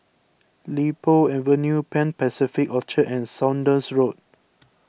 Li Po Avenue Pan Pacific Orchard and Saunders Road